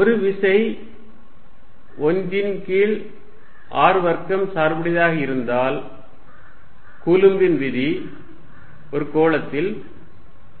ஒரு விசை 1 ன் கீழ் r வர்க்கம் சார்புடையதாக இருந்தால் கூலும்பின் விதி ஒரு கோளத்தில்